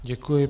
Děkuji.